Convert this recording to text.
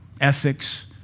ethics